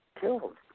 killed